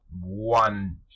one